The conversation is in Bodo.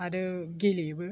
आरो गेलेयोबो